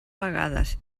vegades